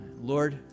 Lord